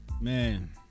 Man